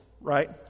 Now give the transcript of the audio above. right